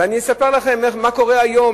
ואני אספר לכם מה קורה היום,